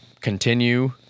continue